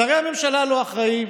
שרי הממשלה לא אחראים,